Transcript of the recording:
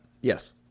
Yes